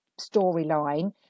storyline